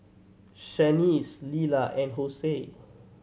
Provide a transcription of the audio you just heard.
Shaniece Leala and